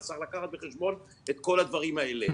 צריך לקחת בחשבון את כל הדברים האלה.